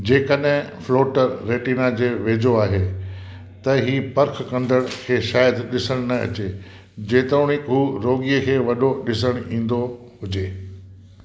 जेकॾहिं floater retina जे वेझो आहे त ही पर्ख कंदड़ खे शायद ॾिसणु न अचे जेतोणीकि हू रोगीअ खे वॾो ॾिसणु ईंदो हुजे